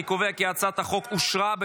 אני קובע כי הצעת חוק הגנה על